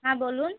হ্যাঁ বলুন